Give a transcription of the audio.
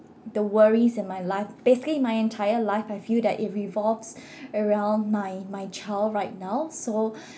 the worries in my life basically my entire life I feel that it revolves around my my child right now so